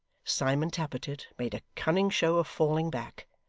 simon tappertit made a cunning show of falling back,